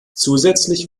zusätzlich